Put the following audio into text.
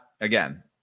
again